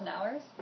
hours